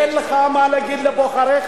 אין לך מה להגיד לבוחריך.